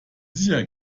sicher